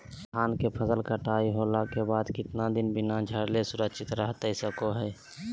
धान के फसल कटाई होला के बाद कितना दिन बिना झाड़ले सुरक्षित रहतई सको हय?